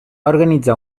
organitzar